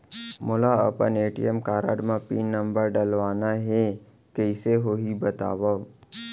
मोला अपन ATM card म पिन नंबर डलवाना हे कइसे होही बतावव?